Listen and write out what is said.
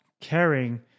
caring